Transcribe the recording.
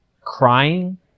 crying